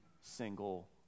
single